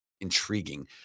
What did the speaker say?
intriguing